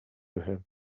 him